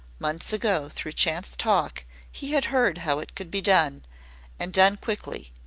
months ago through chance talk he had heard how it could be done and done quickly.